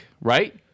right